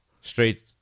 straight